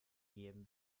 geben